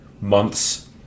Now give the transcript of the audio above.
months